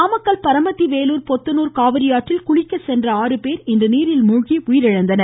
நாமக்கல் பரமத்தி வேலூர் பொத்தனூர் காவிரியாற்றில் குளிக்கச் சென்ற ஆறு பேர் இன்று நீரில் மூழ்கி உயிரிழந்தனர்